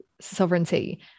sovereignty